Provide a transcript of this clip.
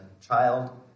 Child